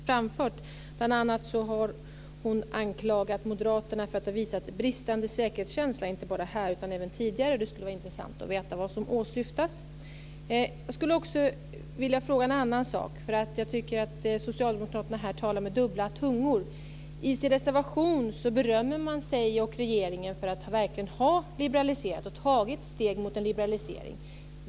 Fru talman! Jag har suttit och lyssnat på vad Carina Hägg har framfört. Bl.a. har hon anklagat moderaterna för att ha visat bristande säkerhetskänsla inte bara här utan även tidigare. Det skulle vara intressant att veta vad som åsyftas. Jag skulle också vilja fråga en annan sak. Jag tycker nämligen att socialdemokraterna här talar med dubbla tungor. I sin reservation berömmer de sig och regeringen för att verkligen ha liberaliserat och tagit steg mot en liberalisering.